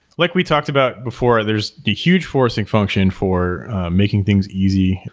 like we talked about before, there's the huge forcing function for making things easy.